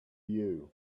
you